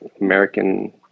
American